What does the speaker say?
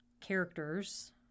characters